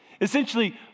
Essentially